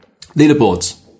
Leaderboards